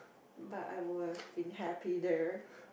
but I would have been happy there